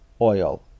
Oil